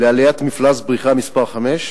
לעליית מפלס בריכה מס' 5,